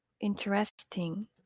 Interesting